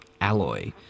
alloy